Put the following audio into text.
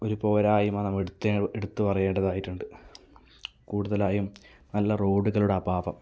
ഒരു പോരായ്മ നമ്മൾ എടുത്തേ എടുത്തു പറയേണ്ടതായിട്ടുണ്ട് കൂടുതലായും നല്ല റോഡുകളുടെ അഭാവം